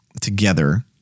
together